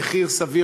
במחיר סביר.